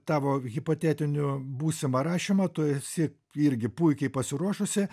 tavo hipotetinių būsimą rašymą tu esi irgi puikiai pasiruošusi